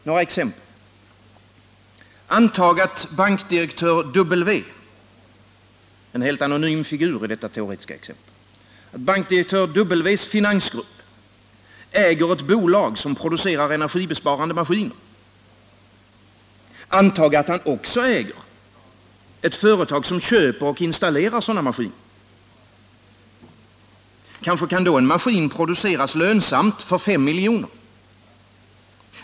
Några exempel: Antag att bankdirektör W:s finansgrupp — bankdirektör W är en helt anonym figur i detta teoretiska exempel — äger ett bolag som producerar energibesparande maskiner. Antag att bankdirektör W också äger ett företag som köper och installerar sådana maskiner. Kanske kan då en maskin produceras lönsamt för 5 miljoner.